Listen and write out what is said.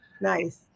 nice